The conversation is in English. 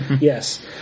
yes